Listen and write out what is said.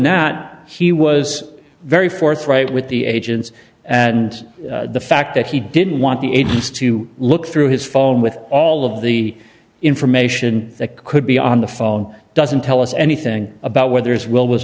that he was very forthright with the agents and the fact that he didn't want the agents to look through his phone with all of the information that could be on the phone doesn't tell us anything about whether his will was